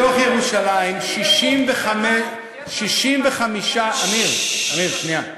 בתוך ירושלים, עמיר, שנייה.